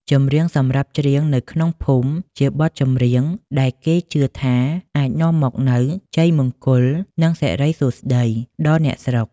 ចម្រៀងសម្រាប់ច្រៀងនៅក្នុងភូមិ ជាបទចម្រៀងដែលគេជឿថាអាចនាំមកនូវ ជ័យមង្គល និងសិរីសួស្ដី ដល់អ្នកស្រុក។